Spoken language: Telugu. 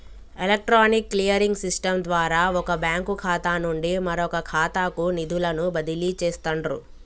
ఎలక్ట్రానిక్ క్లియరింగ్ సిస్టమ్ ద్వారా వొక బ్యాంకు ఖాతా నుండి మరొకఖాతాకు నిధులను బదిలీ చేస్తండ్రు